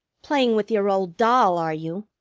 playing with your old doll, are you?